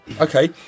Okay